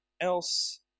else